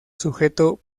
sujeto